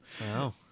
Wow